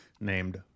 named